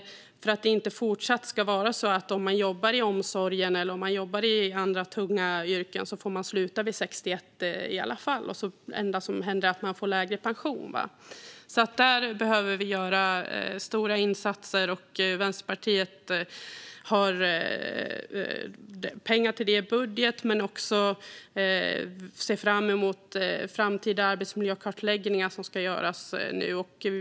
Det handlar om att det inte fortsatt ska vara så att man, om man jobbar i omsorgen eller i andra tunga yrken, får sluta vid 61 års ålder i alla fall. Det enda som händer då är att man får lägre pension. Där behöver vi göra stora insatser. Vänsterpartiet har pengar till det i budget, men vi ser också fram emot framtida arbetsmiljökartläggningar som ska göras.